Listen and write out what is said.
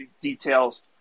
details